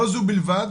לא זו בלבד,